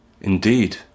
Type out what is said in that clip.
indeed